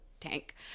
tank